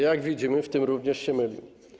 Jak widzimy, w tym również się mylił.